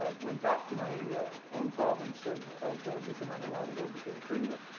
ah went back to my own province of of newfoundland and labrador, became premier.